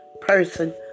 person